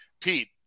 Pete